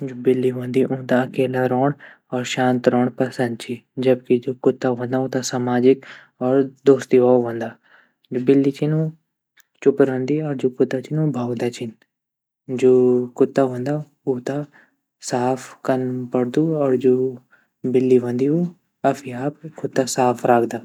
घोड़ा और गधा द्वि अलग अलग जाती ग छीन जू घोड़ा छीन ऊ तेज़ और मज़बूत वोंदा जबकि जू गधा ची ऊ मज़बूत मेहनती वोंदा पर ऊ तेज़ नी वोंदा जू घोड़ा छीन ऊँगी पूँछ लंबी वंदी और जबकि जू गधा ची वेगी पूँछ छोटी वंदी जू गधा ची ऊ भौत ज़्यादा शांत जानवर ची और जू घोड़ा रौंदा ऊ शांत जानवर नी।